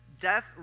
death